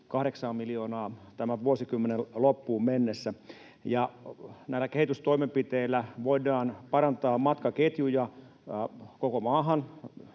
miljoonaan tämän vuosikymmenen loppuun mennessä. Näillä kehitystoimenpiteillä voidaan parantaa matkaketjuja koko maahan